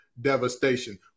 devastation